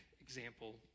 example